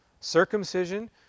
Circumcision